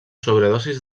sobredosi